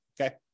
okay